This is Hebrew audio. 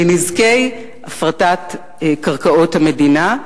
מנזקי הפרטת קרקעות המדינה,